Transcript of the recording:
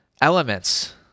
elements